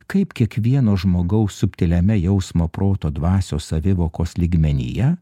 kaip kiekvieno žmogaus subtiliame jausmo proto dvasios savivokos lygmenyje